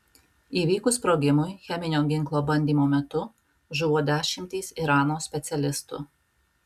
įvykus sprogimui cheminio ginklo bandymo metu žuvo dešimtys irano specialistų